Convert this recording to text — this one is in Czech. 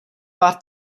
pár